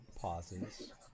pauses